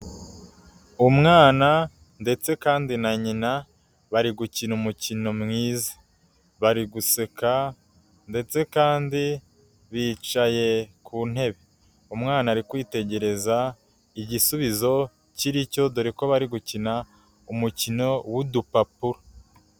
Umwana ndetse kandi na nyina, bari gukina umukino mwiza, bari guseka ndetse kandi bicaye ku ntebe, umwana ari kwitegereza igisubizo kiri cyo, dore ko bari gukina umukino w'udupapuro.